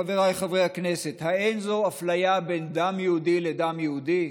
חבריי חברי הכנסת: האין זו אפליה בין דם יהודי לדם יהודי,